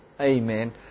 Amen